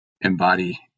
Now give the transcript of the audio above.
embody